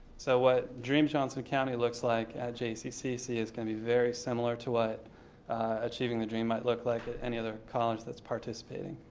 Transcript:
so what dream johnson county looks like at jccc is going to be very similar to what achieving the dream might look like at any other college that's participating.